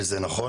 וזה נכון,